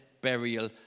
burial